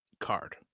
card